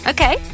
Okay